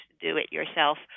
do-it-yourself